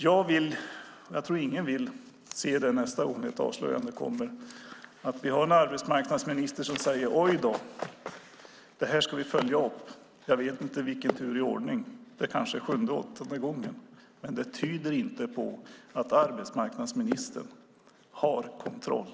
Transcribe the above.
Jag tror inte att någon vill att vi nästa gång det kommer ett avslöjande ska ha en arbetsmarknadsminister som säger: Oj då, det här ska vi följa upp! Jag vet inte vilken gång i ordningen det i så fall skulle bli. Det kanske är sjunde åttonde gången. Det tyder inte på att arbetsmarknadsministern har kontroll.